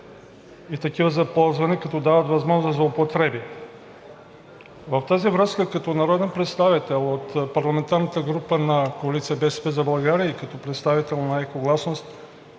и такива за ползване, като дават възможност за употреби. В тази връзка като народен представител от парламентарната група на коалиция „БСП за България“ и като представител на „Екогласност“